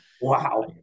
wow